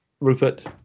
Rupert